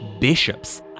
bishops